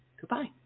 Goodbye